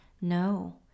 No